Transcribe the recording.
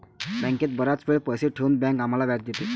बँकेत बराच वेळ पैसे ठेवून बँक आम्हाला व्याज देते